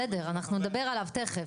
בסדר, אנחנו נדבר עליו תכף.